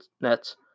Nets